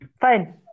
Fine